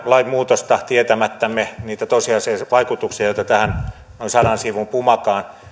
lainmuutosta tietämättämme niitä tosiasiallisia vaikutuksia joita tähän noin sadan sivun pumakaan